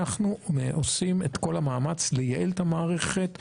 אנחנו עושים את כל המאמץ לייעל את המערכת,